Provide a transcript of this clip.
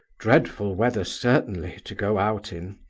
dreadful weather certainly to go out in.